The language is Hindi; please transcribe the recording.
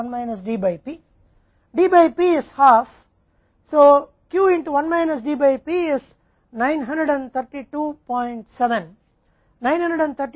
इसलिए q 1 DP है 9327 9327 माइनस 128 हमें कुछ ऐसा देगा 80409